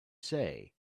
say